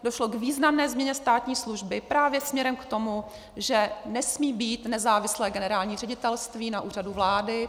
Došlo k významné změně státní služby právě směrem k tomu, že nesmí být nezávislé generální ředitelství na Úřadu vlády.